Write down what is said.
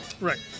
Right